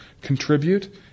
contribute